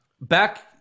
back